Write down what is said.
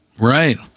Right